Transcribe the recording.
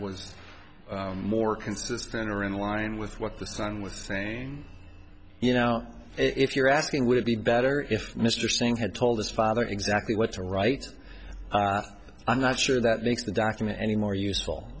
was more consistent or in line with what the sun was saying you know if you're asking would it be better if mr singh had told his father exactly what your rights are i'm not sure that makes the document any more useful